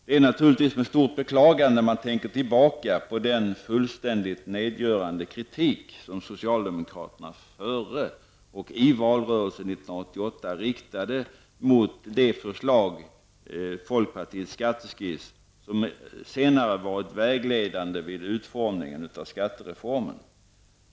Det är naturligtvis med stort beklagande man tänker tillbaka på den fullständigt nedgörande kritik som socialdemokraterna före och i valrörelsen 1988 riktade mot det förslag, folkpartiets skatteskiss, som senare varit vägledande vid utformningen av skattereformen.